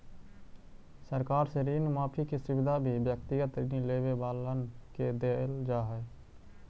सरकार से ऋण माफी के सुविधा भी व्यक्तिगत ऋण लेवे वालन के देल जा हई